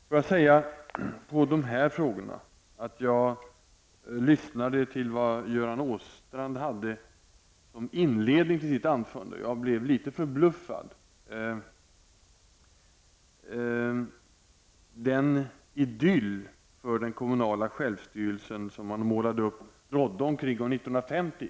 Låt mig säga i de här frågorna att jag blev litet förbluffad när jag lyssnade till vad Göran Åstrand hade som inledning till sitt anförande, den idyll som han målade upp och som han ansåg rådde i fråga om den kommunala självstyrelsen omkring 1950.